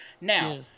Now